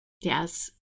yes